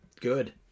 Good